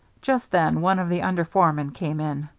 just then one of the under-foremen came in.